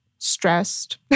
stressed